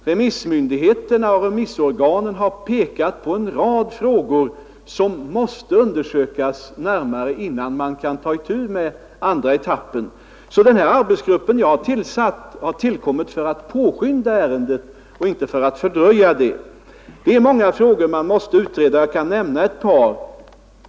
Remissmyndigheterna och remissorganen har pekat på en rad frågor som måste undersökas närmare innan man kan ta itu med andra etappen. Den arbetsgrupp jag har tillsatt har alltså tillkommit för att påskynda arbetet och inte för att fördröja det. Det är många frågor man måste utreda, och jag kan nämna ett par.